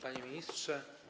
Panie Ministrze!